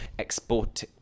export